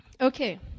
Okay